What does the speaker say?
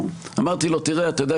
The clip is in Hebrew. אמרתי לו: אתה יודע,